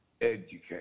educate